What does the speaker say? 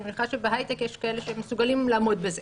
אני מניחה שבהייטק יש כאלה שמסוגלים לעמוד בזה.